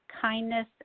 kindness